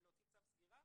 להוציא צו סגירה